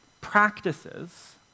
practices